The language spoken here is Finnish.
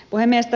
puhemies